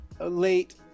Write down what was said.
late